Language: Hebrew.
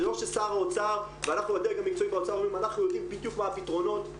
זה לא ששר האוצר אנחנו יודעים בדיוק מה הפתרונות.